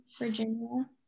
Virginia